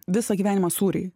visą gyvenimą sūriai